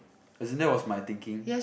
as in that was my thinking